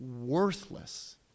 worthless